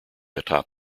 atop